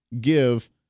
give